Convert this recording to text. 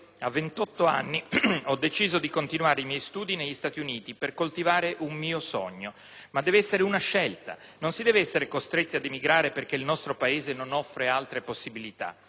a 28 anni ho deciso di continuare i miei studi negli Stati Uniti per coltivare un mio sogno. Ma deve essere una scelta, non si deve essere costretti ad emigrare perché il nostro Paese non offre altre possibilità.